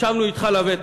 ישבנו אתך לבטח,